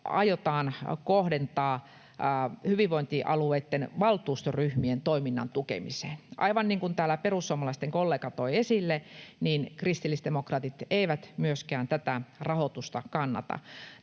aiotaan kohdentaa hyvinvointialueitten valtuustoryhmien toiminnan tukemiseen. Aivan niin kuin täällä perussuomalaisten kollega toi esille, niin kristillisdemokraatit eivät myöskään tätä rahoitusta kannata.